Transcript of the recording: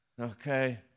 Okay